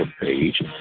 page